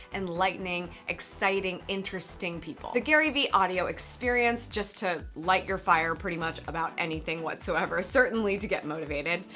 enlightening, exciting, interesting people. the garyvee audio experience just to light your fire pretty much about anything whatsoever, certainly to get motivated.